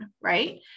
right